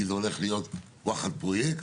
כי זה הולך להיות וואחד פרויקט.